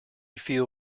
feel